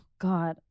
God